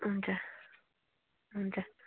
हुन्छ हुन्छ